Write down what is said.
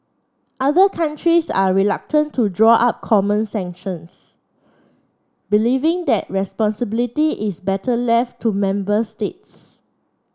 other countries are reluctant to draw up common sanctions believing that responsibility is better left to member states